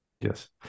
Yes